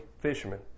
fishermen